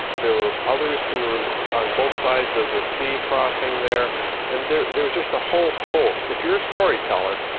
there were others who were on both sides of the sea crossing there and there there was just a whole host. if you're a storyteller,